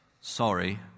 sorry